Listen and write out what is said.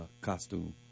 costume